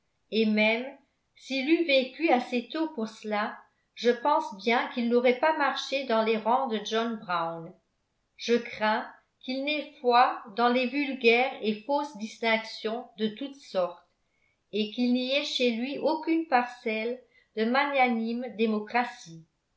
et même s'il eût vécu assez tôt pour cela je pense bien qu'il n'aurait pas marché dans les rangs de john brown je crains qu'il n'ait foi dans les vulgaires et fausses distinctions de toutes sortes et qu'il n'y ait chez lui aucune parcelle de magnanime démocratie